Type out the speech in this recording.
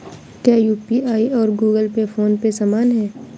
क्या यू.पी.आई और Google Pay PhonePe समान हैं?